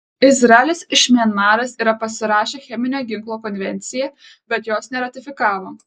izraelis iš mianmaras yra pasirašę cheminio ginklo konvenciją bet jos neratifikavo